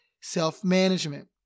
self-management